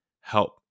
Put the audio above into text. help